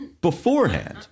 beforehand